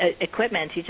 equipment